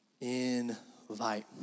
Invite